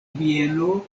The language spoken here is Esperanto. bieno